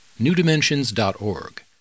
newdimensions.org